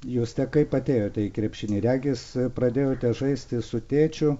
juste kaip atėjote į krepšinį regis pradėjote žaisti su tėčiu